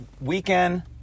weekend